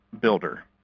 builder